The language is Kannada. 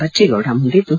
ಬಚ್ಚೇಗೌಡ ಮುಂದಿದ್ದು